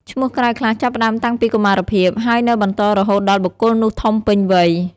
ឈ្មោះក្រៅខ្លះចាប់ផ្តើមតាំងពីកុមារភាព ហើយនៅបន្តរហូតដល់បុគ្គលនោះធំពេញវ័យ។